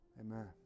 Amen